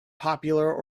popular